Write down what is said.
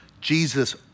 Jesus